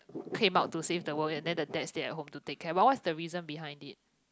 came out to save the world and then the dad stays at home to take care but what's the reason behind this